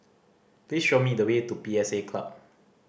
please show me the way to P S A Club